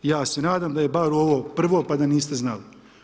Ja se nadam da je bar ovo prvo pa da niste znali.